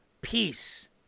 peace